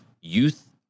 youth